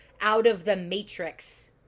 out-of-the-matrix